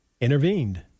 intervened